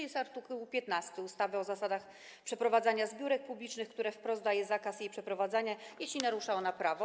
Jest art. 15 ustawy o zasadach przeprowadzania zbiórek publicznych, który wprost daje zakaz jej przeprowadzania, jeśli narusza ona prawo.